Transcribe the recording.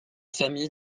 familles